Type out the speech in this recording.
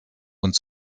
und